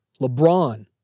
LeBron